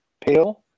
Pale